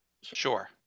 sure